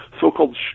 so-called